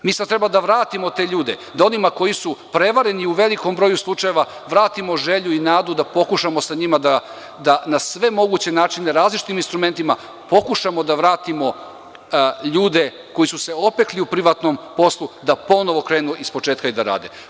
Mi sada treba da vratimo te ljude, da onima koji su prevareni u velikom broju slučajeva vratimo želju i nadu, da pokušamo sa njima da na sve moguće načine različitim instrumentima pokušamo da vratimo ljude koji su se opekli u privatnom poslu da ponovo krenu ispočetka i da rade.